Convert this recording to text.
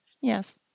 Yes